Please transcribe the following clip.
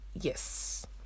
yes